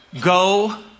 Go